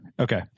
Okay